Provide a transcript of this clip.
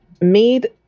made